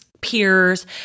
peers